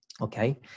okay